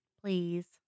Please